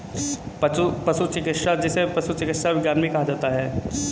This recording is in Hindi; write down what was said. पशु चिकित्सा, जिसे पशु चिकित्सा विज्ञान भी कहा जाता है